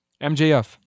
MJF